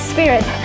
Spirit